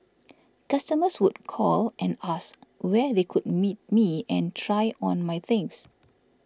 customers would call and ask where they could meet me and try on my things